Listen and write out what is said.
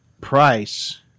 Price